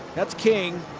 that's king.